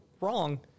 wrong